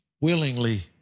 willingly